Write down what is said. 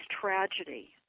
tragedy